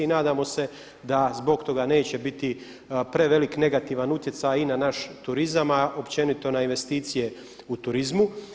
I nadamo se da zbog tog neće biti prevelik negativan utjecaj i na naš turizam a i općenito na investicije u turizmu.